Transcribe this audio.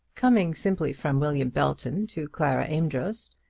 coming simply from william belton to clara amedroz,